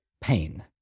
pain